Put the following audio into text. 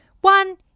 one